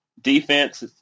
defense